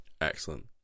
Excellent